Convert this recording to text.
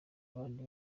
abandi